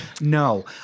No